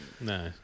no